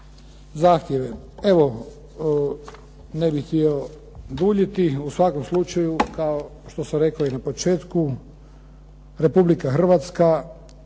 zahtjeve. Evo, ne bih htio duljiti. U svakom slučaju kao što sam rekao i na početku Republika Hrvatska